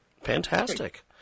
fantastic